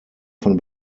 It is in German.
von